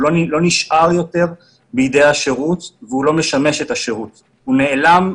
הוא פשוט נעלם.